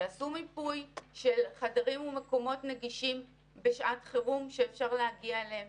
שיעשו מיפוי של חדרים ומקומות נגישים בשעת חירום שאפשר להגיע אליהם,